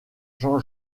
jean